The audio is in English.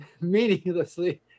meaninglessly